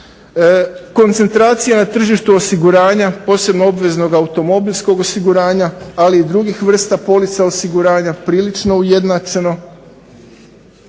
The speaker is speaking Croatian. Koncentracija na tržištu osiguranja, posebno obveznog automobilskog osiguranja, ali i drugih vrsta polica osiguranja prilično ujednačeno.